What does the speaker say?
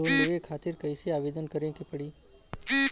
Loan लेवे खातिर कइसे आवेदन करें के पड़ी?